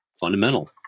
fundamental